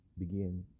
Begin